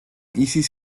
isis